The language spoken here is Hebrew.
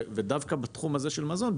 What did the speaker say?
ודווקא בגלל התחום הזה של מזון,